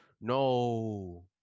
No